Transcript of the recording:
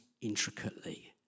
intricately